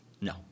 No